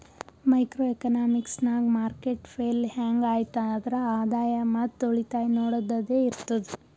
micro economics ನಾಗ್ market fail ಹ್ಯಾಂಗ್ ಐಯ್ತ್ ಆದ್ರ ಆದಾಯ ಮತ್ ಉಳಿತಾಯ ನೊಡದ್ದದೆ ಇರ್ತುದ್